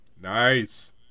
Nice